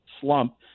slump